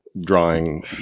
drawing